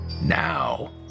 Now